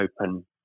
open